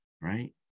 right